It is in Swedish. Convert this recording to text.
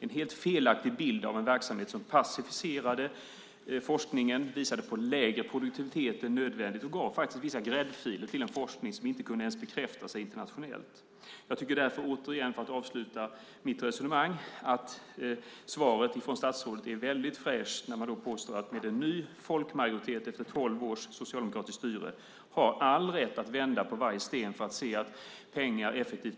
Det är en felaktig bild av en verksamhet som passiviserade forskningen och visade på lägre produktivitet än nödvändigt. Den gav faktiskt vissa gräddfiler till en forskning som inte ens kunde bekräfta sig internationellt. Jag tycker därför att svaret från statsrådet är väldigt fräscht när man påstår att man med en ny folkmajoritet efter tolv års socialdemokratiskt styre har all rätt att vända på varje sten för att se att pengar